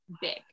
big